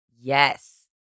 Yes